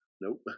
nope